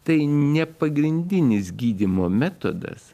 tai ne pagrindinis gydymo metodas